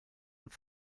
und